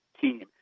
team